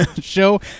show